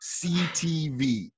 ctv